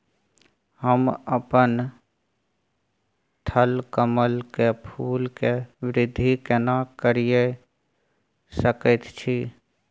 हम अपन थलकमल के फूल के वृद्धि केना करिये सकेत छी?